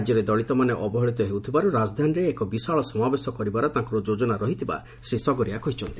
ରାଜ୍ୟରେ ଦଳିତମାନେ ଅବହେଳିତ ହେଉଥିବାରୁ ରାଜଧାନୀରେ ଏକ ବିଶାଳ ସମାବେଶ କରିବାର ତାଙ୍କର ଯୋଜନା ରହିଥିବା ଶ୍ରୀ ଶରଗରିଆ କହିଛନ୍ତି